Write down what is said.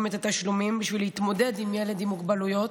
את התשלומים בשביל להתמודד עם ילד עם מוגבלויות,